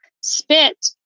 spit